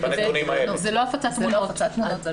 זה לא הפצת תמונות.